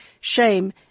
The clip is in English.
shame